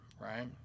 right